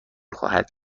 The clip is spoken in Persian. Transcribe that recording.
خواهد